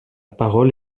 parole